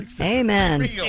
Amen